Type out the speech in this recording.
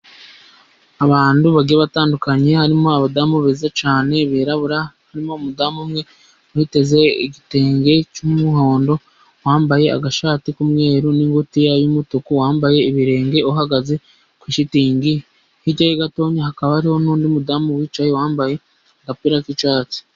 Abantu bagiye batandukanye harimo abadamu beza cyane birabura, barimo umudamu umwe mwiteze igitenge cy'umuhondo, wambaye agashati k'umweru, n'ingutiya y'umutuku, wambaye ibirenge, uhagaze kuri shitingi hirya ye gato hakaba hariho n'undi mudamu wicaye wambaye agapira k'icyatsi.